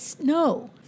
no